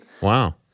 Wow